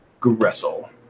Gressel